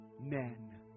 men